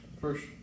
first